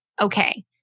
okay